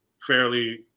fairly